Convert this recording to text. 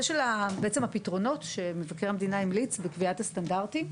לגבי הפתרונות שמבקר המדינה המליץ בקביעת הסטנדרטים: